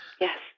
Yes